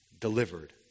delivered